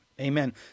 Amen